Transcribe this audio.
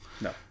no